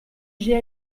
j’ai